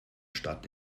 stadt